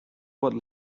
what